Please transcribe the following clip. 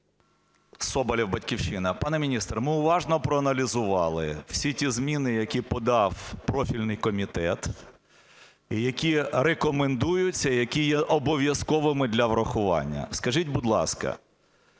Соболєв, "Батьківщина". Пане міністре, ми уважно проаналізували всі ті зміни, які подав профільний комітет і які рекомендуються, і які є обов'язковими для врахування. Скажіть, будь ласка,